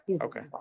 okay